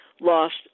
lost